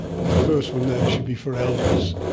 but the first one there should be for elvis'.